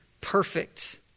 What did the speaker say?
perfect